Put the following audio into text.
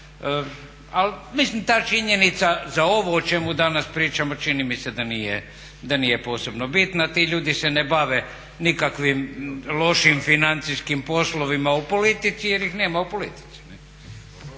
Ali mislim ta činjenica za ovo o čemu danas pričamo čini mi se da nije posebno bitna. Ti ljudi se ne bave nikakvim lošim financijskim poslovima u politici jer ih nema u politici.